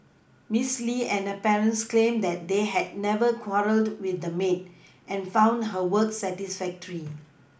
Miss Li and her parents claimed that they had never quarrelled with the maid and found her work satisfactory